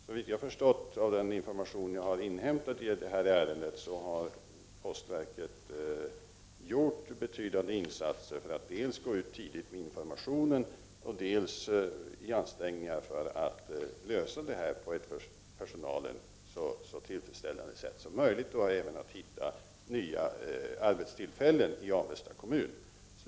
Såvitt jag har förstått av den information jag inhämtat i detta ärende, har postverket gjort betydande insatser för att gå ut tidigt med information och för att lösa frågan på ett så tillfredsställande sätt som möjligt för personalen och även för att finna nya arbetstillfällen i Avesta kommun.